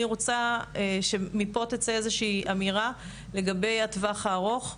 רוצה שתצא מפה איזושהי אמירה לגבי הטווח הארוך,